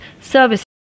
Services